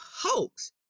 hoax